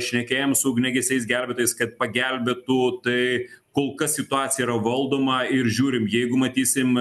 šnekėjom su ugniagesiais gelbėtojais kad pagelbėtų tai kol kas situacija yra valdoma ir žiūrim jeigu matysim